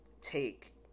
take